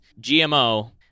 GMO